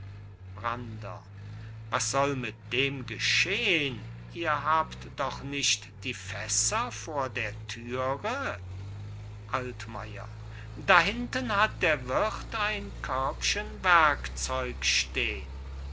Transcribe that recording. was soll mit dem geschehn ihr habt doch nicht die fässer vor der thüre altmayer dahinten hat der wirth ein körbchen